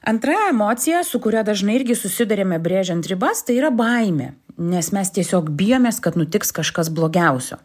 antra emocija su kuria dažnai irgi susiduriame brėžiant ribas tai yra baimė nes mes tiesiog bijomės kad nutiks kažkas blogiausio